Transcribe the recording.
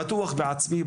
בטוח בעצמי,